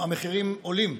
המחירים עולים,